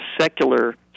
secular